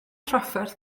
trafferth